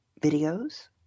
videos